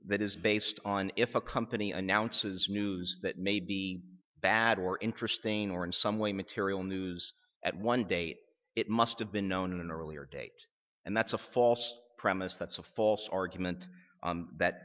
that is based on if a company announces news that may be bad or interesting or in some way material news at one day it must have been known in an earlier date and that's a false premise that's a false argument that